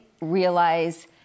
realize